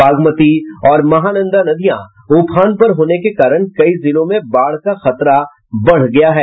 बागमती और महानंदा नदियां उफान पर होने के कारण कई जिलों में बाढ़ का खतरा बढ़ गया है